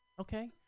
okay